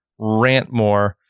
Rantmore